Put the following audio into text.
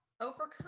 overcome